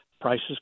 Prices